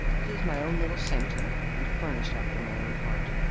this is my own little sanctum, and furnished after my own heart.